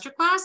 masterclass